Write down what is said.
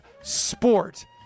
sport